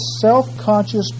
self-conscious